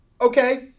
Okay